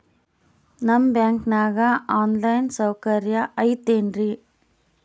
ನಿಮ್ಮ ಬ್ಯಾಂಕನಾಗ online ಸೌಕರ್ಯ ಐತೇನ್ರಿ?